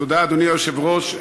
תודה, אדוני היושב-ראש.